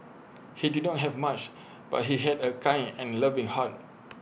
he did not have much but he had A kind and loving heart